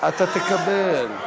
אתה תקבל.